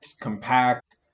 compact